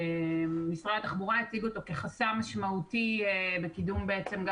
שמשרד התחבורה הציג אותו כחסם משמעותי בקידום בעצם גם